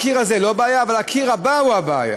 הקיר הזה הוא לא בעיה אבל הקיר הבא הוא הבעיה.